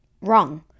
Wrong